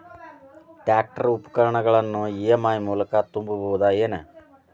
Tractor ಉಪಕರಣಗಳನ್ನು EMI ಮೂಲಕ ತುಂಬಬಹುದ ಏನ್?